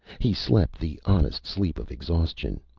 he slept the honest sleep of exhaustion,